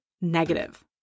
negative